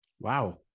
wow